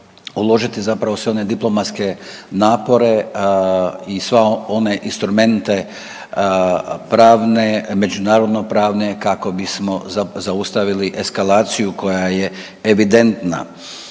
uložiti zapravo sve one diplomatske napore i sve one instrumente pravne, međunarodno pravne kako bismo zaustavili eskalaciju koja je evidentna.